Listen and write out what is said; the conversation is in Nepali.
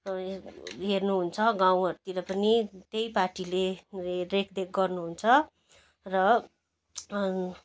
हेर्नु हुन्छ गाउँहरूतिर पनि त्यही पार्टीले रेखदेख गर्नु हुन्छ र